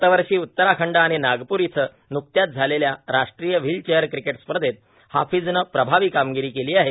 गतवर्षी उत्तराखंड आणि नागपूर इथं नुकत्याच झालेल्या राष्ट्रीय व्हीलचेअर क्रिकेट स्पर्धेत हाफिजनं प्रभावी कामगिरी केली आहे